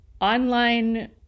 online